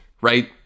Right